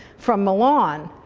from milan,